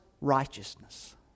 righteousness